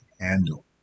handle